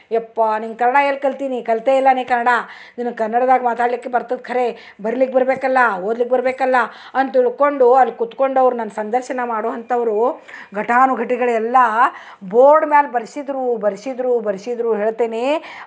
ಯಪ್ಪ ನಿಂಗೆ ಕನ್ನಡ ಎಲ್ಲಿ ಕಲ್ತೆ ನೀನು ಕಲಿತೇ ಇಲ್ಲ ನೀನು ಕನ್ನಡ ನಿನಗೆ ಕನ್ನಡ್ದಾಗೆ ಮಾತಾಡ್ಲಿಕ್ಕೆ ಬರ್ತದೆ ಖರೆ ಬರೆಯಕ್ ಬರ್ಬೇಕಲ್ವ ಓದ್ಲಿಕ್ಕೆ ಬರ್ಬೇಕಲ್ವ ಅಂತ ತಿಳ್ಕೊಂಡು ಅಲ್ಲಿ ಕುತ್ಕೊಂಡು ಅವ್ರು ನನ್ನ ಸಂದರ್ಶನ ಮಾಡೋ ಅಂಥವ್ರು ಗಟಾನು ಗಟಿಗಳೆಲ್ಲ ಬೋರ್ಡ್ ಮೇಲ್ ಬರ್ಸಿದ್ರು ಬರ್ಸಿದ್ರು ಬರ್ಸಿದ್ರು ಹೇಳ್ತೇನೆ